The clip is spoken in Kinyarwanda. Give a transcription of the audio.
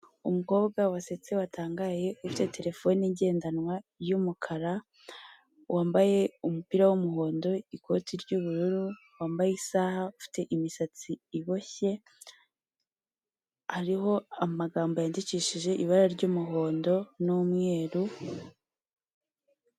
Umukobwa wasetse watangaye ufite terefone igendanwa y'umukara, wambaye umupira w'umuhondo, ikoti ry'ubururu, wambaye isaha, ufite imisatsi iboshye. Hariho amagambo yandikishijwe ibara ry'umuhondo n'umweru.